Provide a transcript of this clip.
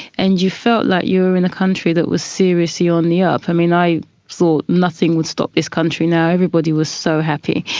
and you felt like you were in a country that was seriously on the up. i mean, i thought so nothing would stop this country now. everybody was so happy,